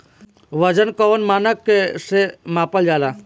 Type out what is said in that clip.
वजन कौन मानक से मापल जाला?